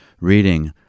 reading